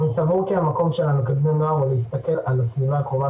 אני סבור כי המקום שלנו כבני נוער הוא להסתכל על הסביבה הקרובה